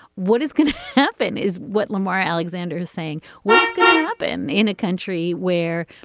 what is going to happen is what lamar alexander is saying, what is going to happen in a country where,